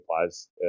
applies